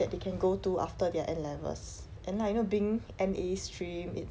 that they can go to after their N levels and like you know being N_A stream it's